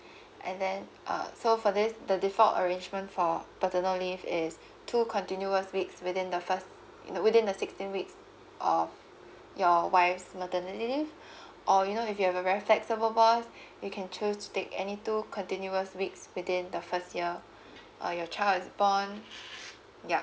and then uh so for this the default arrangement for paternal leave is two continuous weeks within the first within the sixteen weeks of your wife's maternity leave or you know if you have a very flexible boss you can choose to take any two continuous weeks within the first year uh your child is born yup